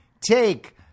take